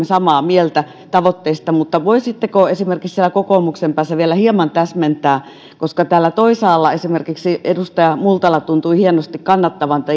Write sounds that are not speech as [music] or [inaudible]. [unintelligible] samaa mieltä tavoitteista mutta voisitteko esimerkiksi siellä kokoomuksen päässä vielä hieman täsmentää koska täällä yhtäällä esimerkiksi edustaja multala tuntui hienosti kannattavan tätä